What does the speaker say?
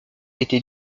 été